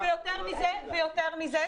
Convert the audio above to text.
ויותר מזה,